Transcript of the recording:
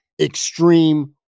extreme